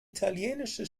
italienische